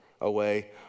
away